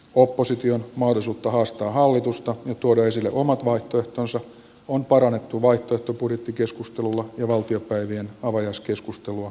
opposition mahdollisuutta haastaa hallitusta ja tuoda esille omat vaihtoehtonsa on parannettu vaihtoehtobudjettikeskustelulla ja valtiopäivien avajaiskeskustelua kehittämällä